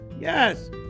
yes